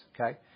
okay